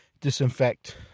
disinfect